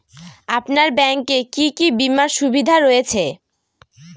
আপনার ব্যাংকে কি কি বিমার সুবিধা রয়েছে?